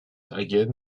hagen